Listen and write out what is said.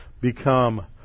become